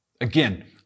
Again